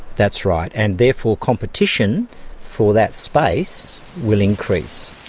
that's right, and therefore competition for that space will increase.